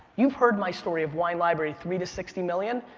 you've heard my story of wine library three to sixty million.